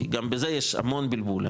כי גם בזה יש המון בלבול,